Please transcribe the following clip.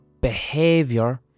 behavior